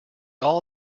all